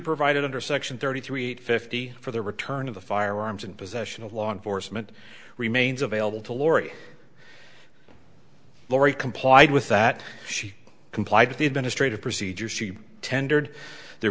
provided under section thirty three fifty for the return of the firearms and possession of law enforcement remains available to lori lori complied with that she complied with the administrative procedures she tendered the